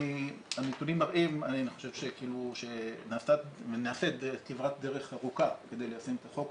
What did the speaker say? הנתונים מראים שנעשית כברת דרך ארוכה כדי ליישם את החוק,